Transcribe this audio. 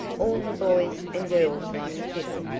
all the boys and girls like a fiddle,